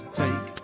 take